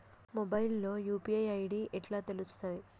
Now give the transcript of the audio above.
Mobile లో UPI ID ఎట్లా తెలుస్తది?